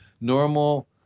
normal